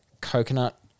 Coconut